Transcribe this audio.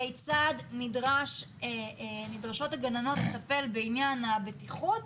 כיצד נדרשות הגננות לטפל בעניין הבטיחות